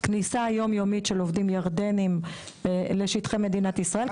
כניסה ויציאה יומיומית של עובדים ירדנים לשטחי מדינת ישראל.